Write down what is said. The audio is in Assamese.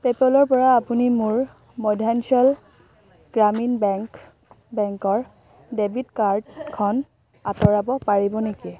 পে'পলৰ পৰা আপুনি মোৰ মধ্যাঞ্চল গ্ৰামীণ বেংক বেংকৰ ডেবিট কাৰ্ডখন আঁতৰাব পাৰিব নেকি